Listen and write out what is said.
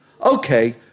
Okay